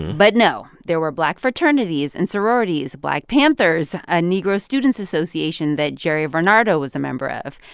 but, no. there were black fraternities and sororities, black panthers, a negro students association that jerry varnado was a member of.